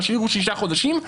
תשאירו שישה חודשים.